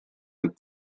над